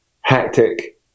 hectic